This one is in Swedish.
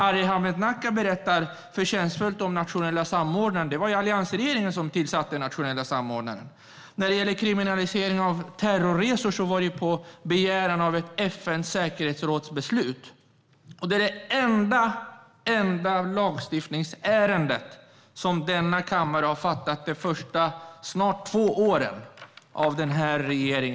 Arhe Hamednaca berättar förtjänstfullt om den nationella samordnaren, men det var alliansregeringen som tillsatte den nationella samordnaren. Kriminaliseringen av terroristresor skedde efter ett beslut i FN:s säkerhetsråd. Det är det enda lagstiftningsbeslut som denna kammare har fattat efter snart två år med denna regering.